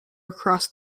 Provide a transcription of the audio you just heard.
across